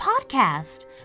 podcast